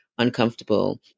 uncomfortable